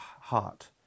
heart